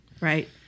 Right